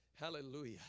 Hallelujah